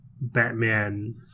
Batman